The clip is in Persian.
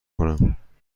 کنم